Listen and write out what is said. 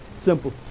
simple